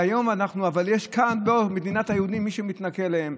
אבל יש כאן במדינת היהודים מי שמתנכל להם.